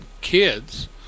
kids